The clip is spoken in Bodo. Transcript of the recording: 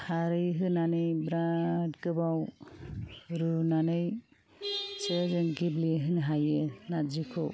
खारै होनानै बिराथ गोबाव रुनानैसो जों गेब्ले होनो हायो नार्जिखौ